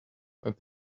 that